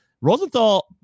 Rosenthal